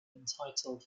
entitled